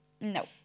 No